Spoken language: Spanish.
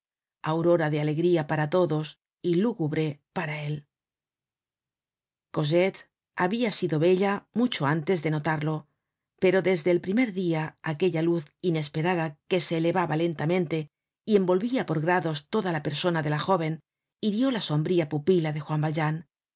aurora de alegría para todos y lúgubre para él cosette habia sido bella mucho antes de notarlo pero desde el primer dia aquella luz inesperada que se elevaba lentamente y envolvia por grados toda la persona de la jóven hirió la sombría pupila de juan valjean